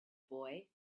boy